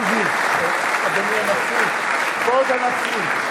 אדוני הנשיא, כבוד הנשיא.